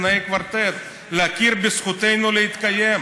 את תנאי הקוורטט להכיר בזכותנו להתקיים.